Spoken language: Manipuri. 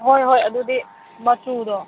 ꯍꯣꯏ ꯍꯣꯏ ꯑꯗꯨꯗꯤ ꯃꯆꯨꯗꯣ